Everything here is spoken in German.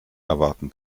erwarten